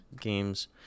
games